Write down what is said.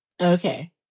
Okay